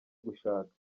gushaka